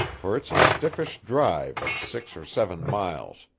for it's a stiffish drive of six or seven miles.